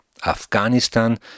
Afghanistan